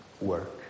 work